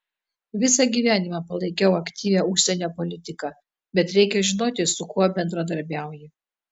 visą gyvenimą palaikiau aktyvią užsienio politiką bet reikia žinoti su kuo bendradarbiauji